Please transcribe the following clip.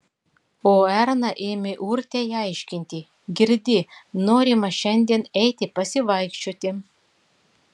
o erna ėmė urtei aiškinti girdi norima šiandien eiti pasivaikščioti